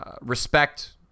respect